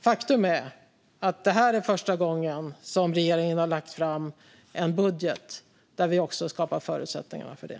Faktum är att det är första gången som regeringen har lagt fram en budget där man skapar förutsättningar för det.